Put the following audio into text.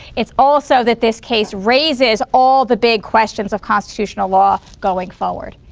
it's also that this case raises all the big questions of constitutional law going forward